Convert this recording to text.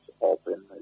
open